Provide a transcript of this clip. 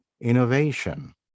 innovation